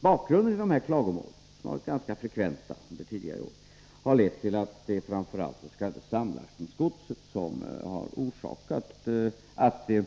bakgrunden till de här klagomålen, som har varit ganska frekventa under tidigare år, har visat att det framför allt är samlastningsgodset som har orsakat att det